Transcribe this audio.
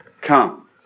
come